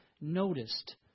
noticed